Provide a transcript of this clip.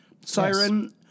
siren